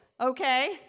okay